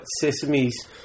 Sesame's